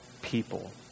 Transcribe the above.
people